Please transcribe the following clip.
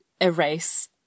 erase